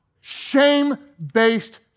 Shame-based